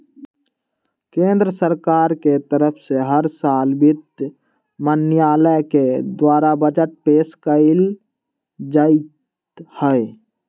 केन्द्र सरकार के तरफ से हर साल वित्त मन्त्रालय के द्वारा बजट पेश कइल जाईत हई